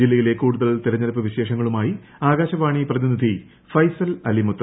ജില്ലയിലെ കൂടുതൽ തെരഞ്ഞെടുപ്പ് വിശേഷങ്ങളുമായി ആകാശവാണി പ്രതിനിധി ഫൈസൽ അലിമുത്ത്